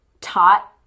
taught